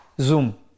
Zoom